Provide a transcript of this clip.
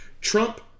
Trump